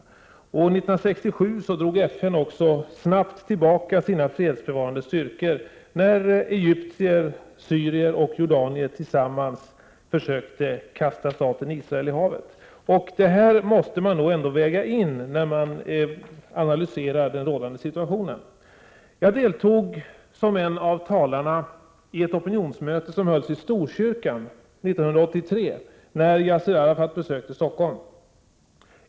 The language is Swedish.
År 1967 drog FN också snabbt tillbaka sina fredsbevarande styrkor när egyptier, syrier och jordanier tillsammans försökte kasta staten Israel i havet. Detta måste man väga in när man analyserar den rådande situationen. Jag deltog som en av talarna i ett opinionsmöte som hölls i Storkyrkan 1983 när Yassir Arafat besökte Stockholm.